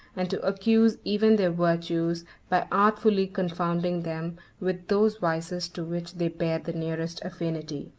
and to accuse even their virtues by artfully confounding them with those vices to which they bear the nearest affinity.